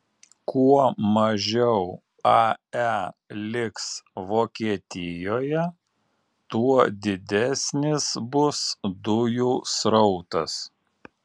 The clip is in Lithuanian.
kuo mažiau ae liks vokietijoje tuo didesnis bus dujų srautas